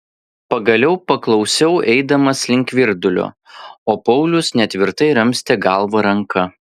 pagaliau paklausiau eidamas link virdulio o paulius netvirtai ramstė galvą ranka